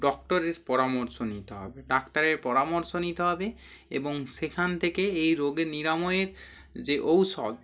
ডক্টরের পরামর্শ নিতে হবে ডাক্তারের পরামর্শ নিতে হবে এবং সেখান থেকে এই রোগে নিরাময়ের যে ঔষধ